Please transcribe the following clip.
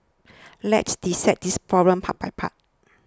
let's dissect this problem part by part